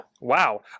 Wow